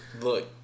Look